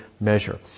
measure